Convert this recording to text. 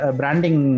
branding